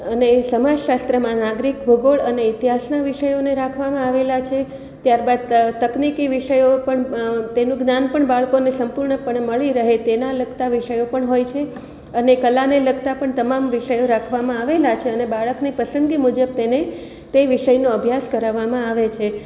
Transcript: અને સમાજશાસ્ત્રમાં નાગરિક ભૂગોળ અને ઇતિહાસના વિષયોને રાખવામાં આવેલા છે ત્યારબાદ તકનિકી વિષયો પણ તેનું જ્ઞાન પણ બાળકોને સંપૂર્ણ પણે મળી રહે તેના લગતા વિષયો પણ હોય છે અને કલાને લગતા પણ તમામ વિષયો રાખવામાં આવેલા છે અને બાળકની પસંદગી મુજબ તેને તે વિષયનો અભ્યાસ કરાવવામાં અવે છે